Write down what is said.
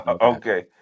Okay